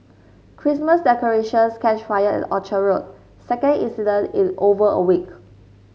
Christmas decorations catch fire at Orchard Road second incident is over a week